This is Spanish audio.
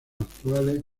actuales